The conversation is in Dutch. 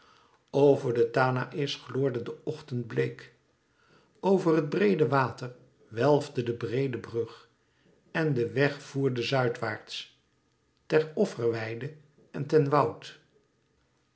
over den tanaïs gloorde de ochtend bleek over het breede water welfde de breede brug en de weg voerde zuidwaarts ter offerweide en ten woud